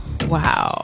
Wow